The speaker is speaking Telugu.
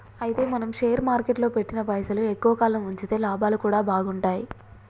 అయితే మనం షేర్ మార్కెట్లో పెట్టిన పైసలు ఎక్కువ కాలం ఉంచితే లాభాలు కూడా బాగుంటాయి